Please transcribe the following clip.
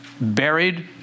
buried